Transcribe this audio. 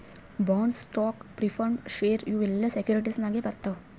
bonds, stocks, preferred share ಇವು ಎಲ್ಲಾ securities ನಾಗೆ ಬರ್ತಾವ್